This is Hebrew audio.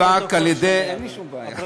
אין לי שום בעיה.